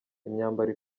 imyambaro